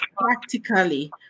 practically